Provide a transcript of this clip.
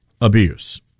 abuse